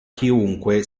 chiunque